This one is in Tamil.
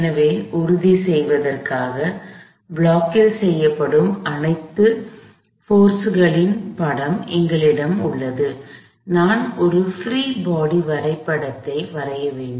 எனவே உறுதி செய்வதற்காக ப்ளாக்கில் செயல்படும் அனைத்து போர்ஸ்களின் படம் என்னிடம் உள்ளது நான் ஒரு பிரீ பாடி வரைபடத்தை வரைய வேண்டும்